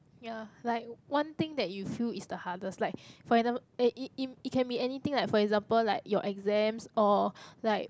ya like one thing that you feel is the hardest like for example eh it it it can be anything like for example like your exams or like